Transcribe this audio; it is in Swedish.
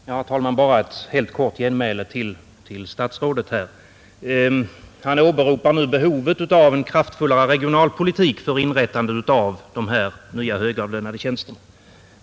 Herr talman! Bara ett kort genmäle till civilministern. Statsrådet åberopade behovet av en kraftfullare regionalpolitik för inrättande av dessa nya högavlönade tjänster.